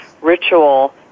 ritual